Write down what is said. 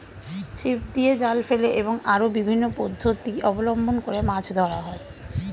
ছিপ দিয়ে, জাল ফেলে এবং আরো বিভিন্ন পদ্ধতি অবলম্বন করে মাছ ধরা হয়